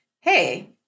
hey